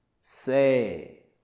Say